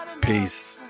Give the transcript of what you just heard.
Peace